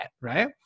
right